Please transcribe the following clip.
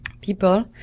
people